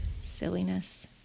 Silliness